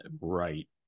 right